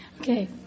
Okay